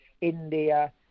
India